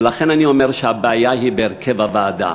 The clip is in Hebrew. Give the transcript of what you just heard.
ולכן אני אומר שהבעיה היא בהרכב הוועדה.